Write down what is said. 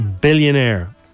billionaire